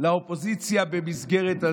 לאופוזיציה במסגרת,